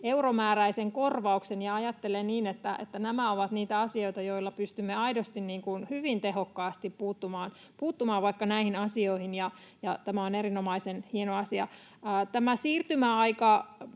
euromääräisen korvauksen. Ajattelen niin, että nämä ovat niitä asioita, joilla pystymme aidosti hyvin tehokkaasti puuttumaan vaikka näihin asioihin, ja tämä on erinomaisen hieno asia. Tämä siirtymäaika